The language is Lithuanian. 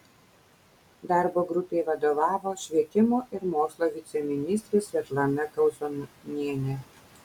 darbo grupei vadovavo švietimo ir mokslo viceministrė svetlana kauzonienė